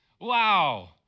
Wow